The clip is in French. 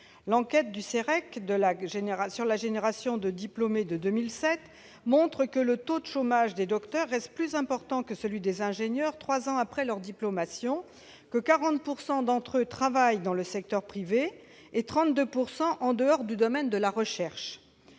L'enquête du CEREQ sur la génération de diplômés de 2007 montre que le taux de chômage des docteurs reste plus important que celui des ingénieurs trois ans après l'obtention de leur diplôme, que 40 % d'entre eux travaillent dans le secteur privé et 32 % en dehors du domaine de la recherche.